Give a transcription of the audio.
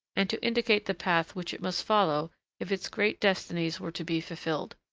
and to indicate the path which it must follow if its great destinies were to be fulfilled.